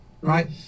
Right